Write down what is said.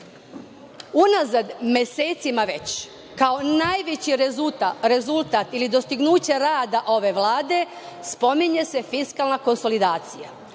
mesecima već, kao najveći rezultat ili dostignuće rada ove Vlade spominje se fiskalna konsolidacija,